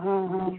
हाँ हाँ